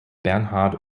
bernhard